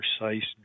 precise